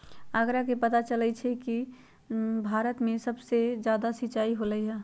आंकड़ा से पता चलई छई कि भारत में सबसे जादा सिंचाई होलई ह